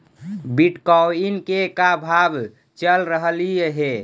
Bitcoin के का भाव चल रहलई हे?